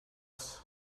this